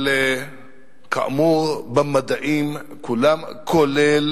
אבל כאמור, במדעים כולם, כולל